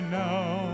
now